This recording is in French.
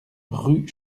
rue